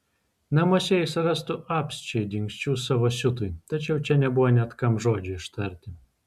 namuose jis rastų apsčiai dingsčių savo siutui tačiau čia nebuvo net kam žodžio ištarti